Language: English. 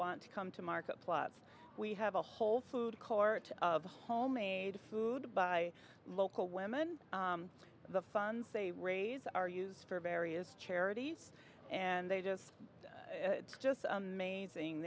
want come to market plots we have a whole food court of homemade food by local women the funds they raise are used for various charities and they just it's just amazing